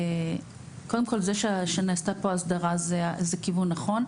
קודם כל זה שנעשתה פה הסדרה זה כיוון נכון.